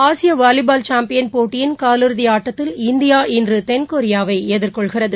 ஆசிய volleyball champion போட்டியின் காலிறுதி ஆட்டத்தில் இந்தியா இன்று தென்கொரியாவை எதிர்கொள்கிறது